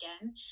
again